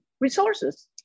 resources